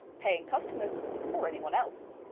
paying customers or anyone else!